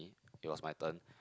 it was my turn